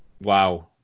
Wow